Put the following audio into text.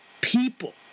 people